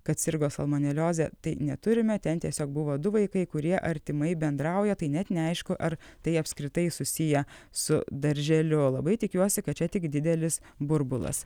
kad sirgo salmoneliozė tai neturime ten tiesiog buvo du vaikai kurie artimai bendrauja tai net neaišku ar tai apskritai susiję su darželiu labai tikiuosi kad čia tik didelis burbulas